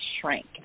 shrink